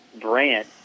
Brant